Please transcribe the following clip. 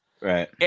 Right